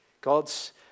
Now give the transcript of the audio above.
God's